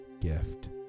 gift